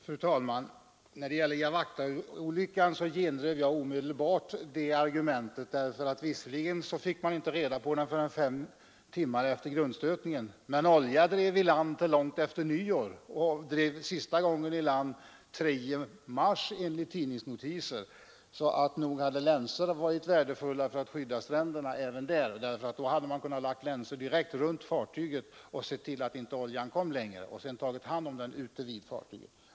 Fru talman! I fråga om Jawachtaolyckan gendrev jag omedelbart argumentet att larmet hade dröjt; visserligen fick man inte reda på grundstötningen förrän efter fem timmar, men olja drev i land till långt efter nyår — sista gången den 3 mars, enligt tidningsnotiser — så nog hade länsor varit värdefulla för att skydda stränderna även i det fallet. Då hade man kunnat lägga dem direkt runt fartyget, så att inte oljan kom längre, och sedan ta hand om den ute vid fartyget.